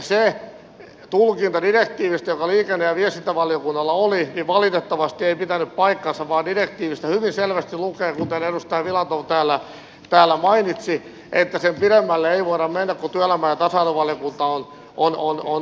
se tulkinta direktiivistä joka liikenne ja viestintävaliokunnalla oli valitettavasti ei pitänyt paikkaansa vaan direktiivissä hyvin selvästi lukee kuten edustaja filatov täällä mainitsi että sen pidemmälle ei voida mennä kuin työelämä ja tasa arvovaliokunta on mennyt